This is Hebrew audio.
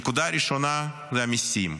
הנקודה הראשונה זה המיסים,